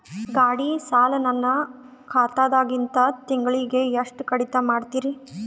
ಗಾಢಿ ಸಾಲ ನನ್ನ ಖಾತಾದಾಗಿಂದ ತಿಂಗಳಿಗೆ ಎಷ್ಟು ಕಡಿತ ಮಾಡ್ತಿರಿ?